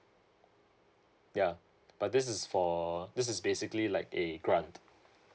ya but this is for this is basically like a grant